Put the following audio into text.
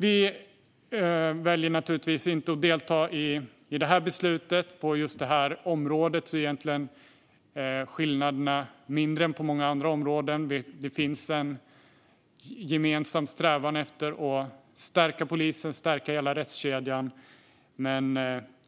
Vi väljer naturligtvis att inte delta i beslutet på det här området. Egentligen är skillnaderna mindre än på många andra områden. Det finns en gemensam strävan efter att stärka polisen och hela rättskedjan.